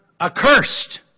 accursed